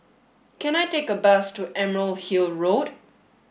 can I take a bus to Emerald Hill Road